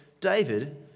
David